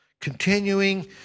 Continuing